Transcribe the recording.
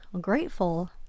grateful